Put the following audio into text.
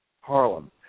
Harlem